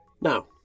Now